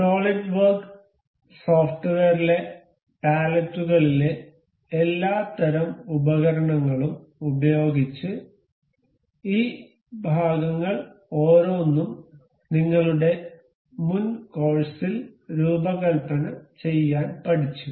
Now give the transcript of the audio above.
solid work സോഫ്റ്റ്വെയറിലെ പാലറ്റുകളിലെ എല്ലാത്തരം ഉപകരണങ്ങളും ഉപയോഗിച്ച് ഈ ഭാഗങ്ങൾ ഓരോന്നും നീങ്ങളുടെ മുൻ കോഴ്സിൽ രൂപകൽപ്പന ചെയ്യാൻ പഠിച്ചു